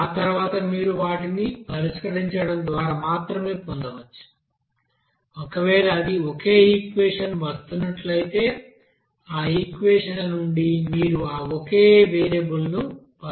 ఆ తర్వాత మీరు వాటిని పరిష్కరించడం ద్వారా మాత్రమే పొందవచ్చు ఒకవేళ అది ఒకే ఈక్వెషన్ వస్తున్నట్లయితే ఆ ఈక్వెషన్ల నుండి మీరు ఆ ఒకే వేరియబుల్ను పరిష్కరించవచ్చు